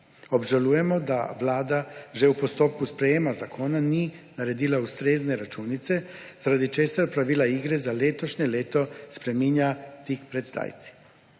Obžalujemo, da Vlada že v postopku sprejema zakona ni naredila ustrezne računice, zaradi česar pravila igre za letošnje leto spreminja tik pred zdajci.